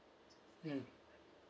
mm